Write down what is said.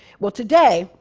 well, today,